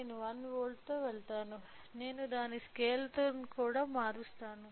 నేను 1 వోల్ట్తో వెళ్తాను నేను దాని స్కేల్ ని కూడా మారుస్తున్నాను